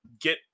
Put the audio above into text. get